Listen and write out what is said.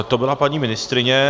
To byla paní ministryně.